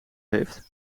heeft